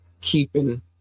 keeping